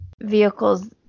vehicles